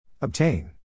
Obtain